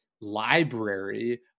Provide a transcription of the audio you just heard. library